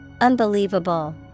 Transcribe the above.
Unbelievable